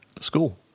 School